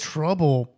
Trouble